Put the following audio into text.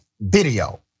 video